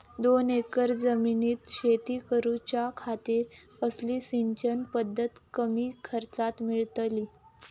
दोन एकर जमिनीत शेती करूच्या खातीर कसली सिंचन पध्दत कमी खर्चात मेलतली?